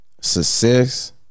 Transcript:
Success